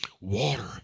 water